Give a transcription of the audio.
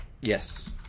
yes